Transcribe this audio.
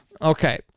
Okay